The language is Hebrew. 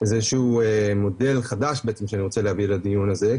איזה שהוא מודל חדש בעצם שאני רוצה להביא לדיון הזה.